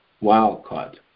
Wild-caught